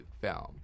film